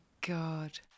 God